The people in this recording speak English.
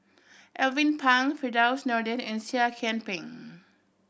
Alvin Pang Firdaus Nordin and Seah Kian Peng